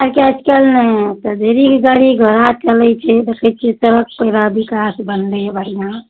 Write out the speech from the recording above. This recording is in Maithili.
आइके आइ काल्हि नहि होतय ढेरी गाड़ी घोड़ा चलय छै देखय छियै सड़कपर विकास बनलय हँ बढ़िआँ